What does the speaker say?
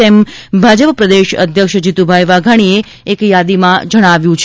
તેમ ભાજપ પ્રદેશ અધ્યક્ષ જીતુભાઈ વાઘાણીએ એક યાદીમાં જણાવ્યું છે